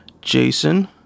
Jason